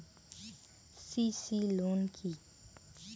CC loan কি?